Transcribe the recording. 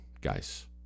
guys